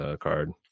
card